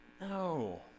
No